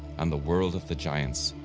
and the world of the giants,